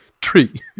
Tree